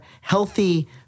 healthy